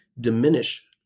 diminish